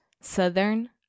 Southern